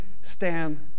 stand